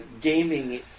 Gaming